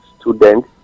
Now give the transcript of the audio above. student